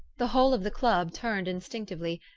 the whole of the club turned instinctively,